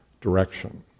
direction